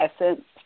essence